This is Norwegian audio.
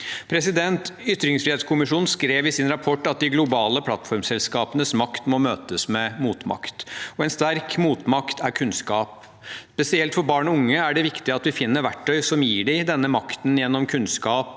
Ytringsfrihetskommisjonen skrev i sin rapport at de globale plattformselskapenes makt må møtes med motmakt. En sterk motmakt er kunnskap. Spesielt for barn og unge er det viktig at vi finner verktøy som gir dem denne makten gjennom kunnskap